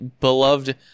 beloved